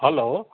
hello